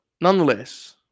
Nonetheless